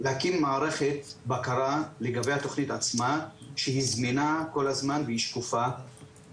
להקים מערכת בקרה לגבי עצמה שהיא זמינה ושקופה כל הזמן.